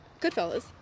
Goodfellas